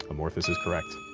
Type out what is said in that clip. amorphous is correct.